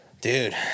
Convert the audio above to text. Dude